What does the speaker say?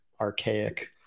archaic